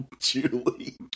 Julie